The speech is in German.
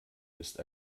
ist